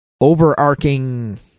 overarching